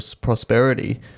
prosperity